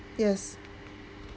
yes